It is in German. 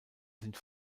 sind